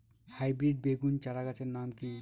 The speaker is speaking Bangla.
হাইব্রিড বেগুন চারাগাছের নাম কি?